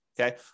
okay